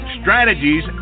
strategies